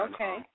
Okay